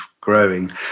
growing